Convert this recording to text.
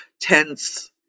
tense